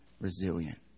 resilient